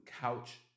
couch